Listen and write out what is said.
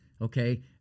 Okay